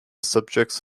subjects